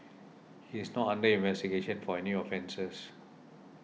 he's not under investigation for any offences